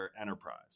enterprise